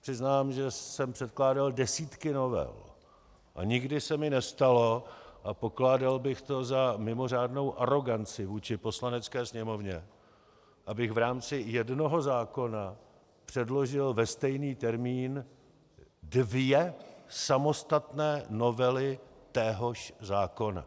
Přiznám, že jsem předkládal desítky novel a nikdy se mi nestalo a pokládal bych to za mimořádnou aroganci vůči Poslanecké sněmovně, abych v rámci jednoho zákona předložil ve stejný termín dvě samostatné novely téhož zákona.